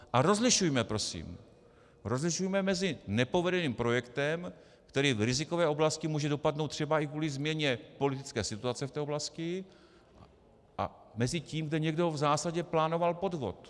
A rozlišujme prosím, rozlišujme mezi nepovedeným projektem, který v rizikové oblasti může dopadnout třeba i kvůli změně politické situace v té oblasti, a tím, kde někdo v zásadě plánoval podvod.